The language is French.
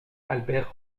albert